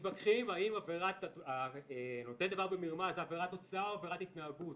מתווכחים האם עבירת נותן דבר במרמה היא עבירת תוצאה או עבירת התנהגות.